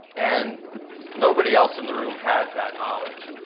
and nobody else in the room has that knowledge.